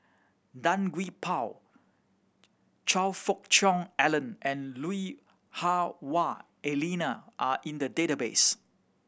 Tan Gee Paw Choe Fook Cheong Alan and Lui Hah Wah Elena are in the database